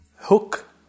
hook